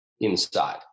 inside